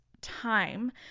time